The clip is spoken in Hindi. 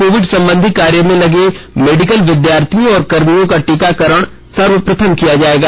कोविड संबंधी कार्य में लगे मेडिकल विद्यार्थियों और कर्मियों का टीकाकरण सर्वप्रथम किया जाएगा